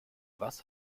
was